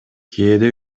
кээде